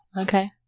okay